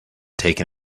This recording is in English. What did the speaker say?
taken